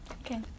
Okay